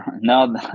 No